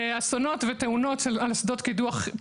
אסונות ותאונות על אסדות קידוח,